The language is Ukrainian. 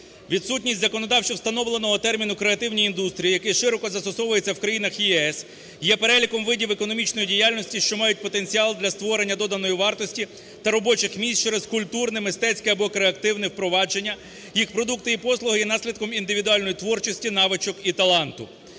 Відсутність законодавчо встановленого терміну "креативні індустрії", який широко застосовується в країнах ЄС, є переліком видів економічної діяльності, що мають потенціал для створення доданої вартості та робочих місць через культурне, мистецьке або креативне впровадження. Їх продукти і послуги є наслідком індивідуальної творчості, навичок і таланту.